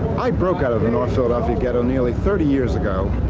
i broke out of the north philadelphia ghetto nearly thirty years ago,